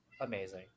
Amazing